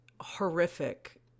horrific